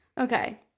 Okay